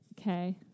Okay